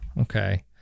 Okay